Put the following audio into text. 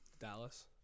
Dallas